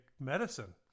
Medicine